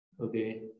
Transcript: okay